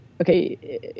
okay